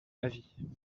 avis